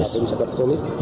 Yes